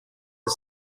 are